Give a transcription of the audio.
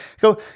go